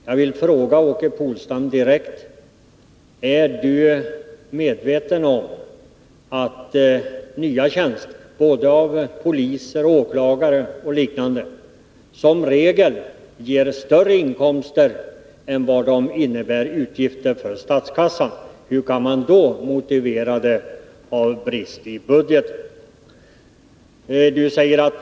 Jag vill fråga Åke Polstam direkt: Är Åke Polstam medveten om att nya tjänster för poliser, åklagare och liknande som regel ger större inkomster till statskassan än vad de innebär i fråga om utgifter? Hur kan man då motivera ett nej till fler tjänster med brist i budgeten?